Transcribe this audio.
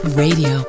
Radio